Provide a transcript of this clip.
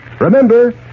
Remember